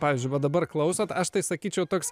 pavyzdžiui va dabar klausot aš tai sakyčiau toks